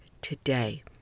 today